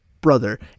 Brother